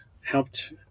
helped